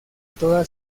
toda